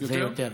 הרבה יותר.